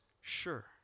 sure